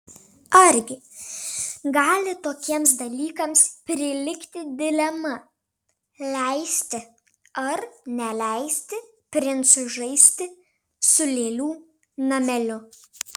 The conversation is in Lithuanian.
argi gali tokiems dalykams prilygti dilema leisti ar neleisti princui žaisti su lėlių nameliu